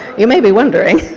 you may be wondering